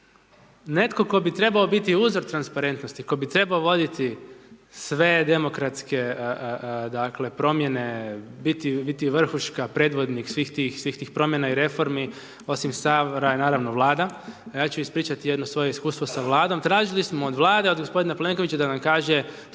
netko tko bi trebao biti uzor transparentnosti, tko bi trebao voditi sve demokratske, dakle, promjene, biti vrhuška, predvodnik svih tih promjena i reformi, osim Sabora i naravno Vlada. Ja ću ispričati jedno svoje iskustvo sa Vladom. Tražili smo od Vlade, od gospodina Plenkovića da nam kaže